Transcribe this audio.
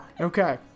Okay